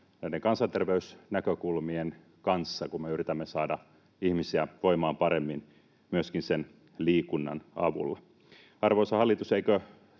näiden kansanterveysnäkökulmien kanssa, kun me yritämme saada ihmisiä voimaan paremmin myöskin sen liikunnan avulla. Arvoisa hallitus, eikö